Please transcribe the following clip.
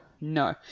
no